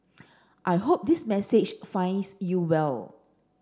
I hope this message finds you well